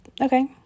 Okay